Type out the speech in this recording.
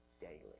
daily